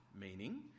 meaning